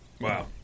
Wow